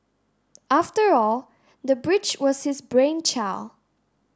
after all the bridge was his brainchild